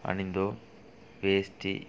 அணிந்தோம் வேஷ்டி